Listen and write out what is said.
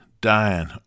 dying